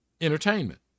entertainment